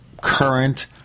current